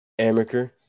amaker